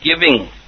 giving